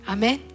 Amen